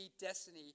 destiny